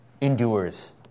endures